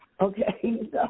okay